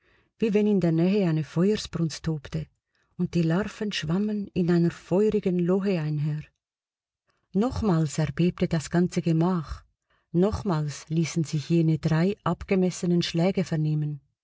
wie wenn in der nähe eine feuersbrunst tobte und die larven schwammen in einer feurigen lohe einher nochmals erbebte das ganze gemach nochmals ließen sich jene drei abgemessenen schläge vernehmen